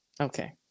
Okay